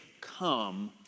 Come